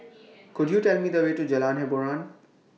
Could YOU Tell Me The Way to Jalan Hiboran